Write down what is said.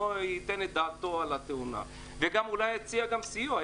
ייתן את דעתו על התאונה וגם אולי יציע גם סיוע.